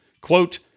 quote